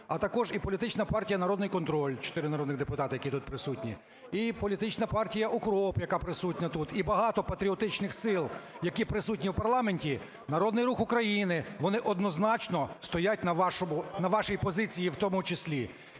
а також і політична партія "Народний контроль", чотири народних депутати, які тут присутні, і політична партія "УКРОП", яка присутня тут, і багато патріотичних сил, які присутні в парламенті, Народний Рух України – вони однозначно стоять на вашій позиції, в тому числі.